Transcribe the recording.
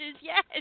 yes